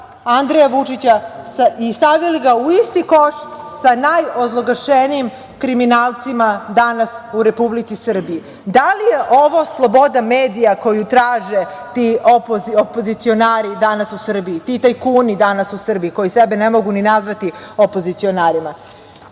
Andreja Vučića i stavili ga u isti koš sa najozloglašenijim kriminalcima danas u Republici Srbiji. Da li je ovo sloboda medija koju traže ti opozicionari danas u Srbiji, ti tajkuni danas u Srbiji, koji sebe ne mogu ni nazvati opozicionarima? Da